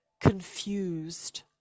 confused